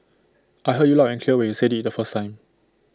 I heard you loud and clear when you said IT the first time